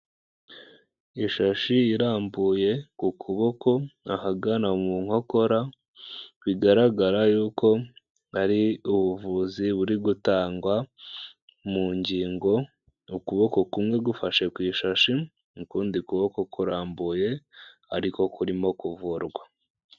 Ishashi irambuye ku kuboko ahagana mu nkokora bigaragara yuko ari ubuvuzi buri gutangwa mu ngingo ukuboko kumwe gufashe ku ishashi ukundi kuboko kurambuye ariko kuririmo kuvurwa.